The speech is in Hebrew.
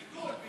ביטול.